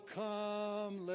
come